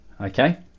okay